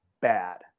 bad